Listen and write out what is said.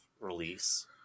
release